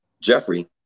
Jeffrey